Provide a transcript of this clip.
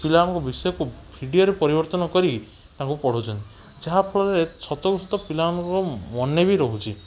ପିଲାମାନଙ୍କ ବିଷୟକୁ ଭିଡ଼ିଓରେ ପରିବର୍ତ୍ତନ କରି ତାଙ୍କୁ ପଢ଼ଉଛନ୍ତି ଯାହାଫଳରେ ସତକୁ ସତ ପିଲାମାନଙ୍କ ମନେ ବି ରହୁଛି